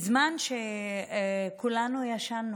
בזמן שהלילה כולנו ישנו